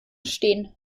stehen